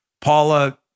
Paula